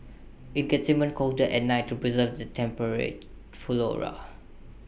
IT gets even colder at night to preserve the temperate flora